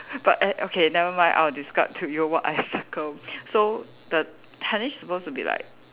but eh okay never mind I'll describe to you what I circled so the tennis is supposed to be like